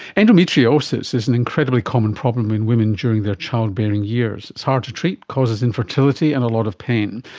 endometriosis is an incredibly common problem in women during their childbearing years it's hard to treat, causes infertility and a lot of pain.